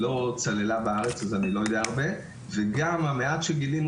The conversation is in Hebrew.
היא לא צללה בארץ אז אני לא יודע הרבה וגם המעט שגילינו,